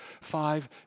five